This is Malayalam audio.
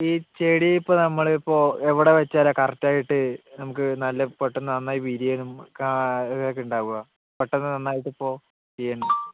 ഈ ചെടിയിപ്പോൾ നമ്മളിപ്പോൾ എവിടെ വച്ചാലാണ് കറക്റ്റ് ആയിട്ട് നമുക്ക് നല്ല പെട്ടന്ന് നന്നായി വിരിയാൻ കായ് ഇതൊക്കെ ഉണ്ടാവുക പെട്ടെന്ന് നന്നായിട്ടിപ്പോൾ വിരിയണത്